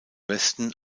westen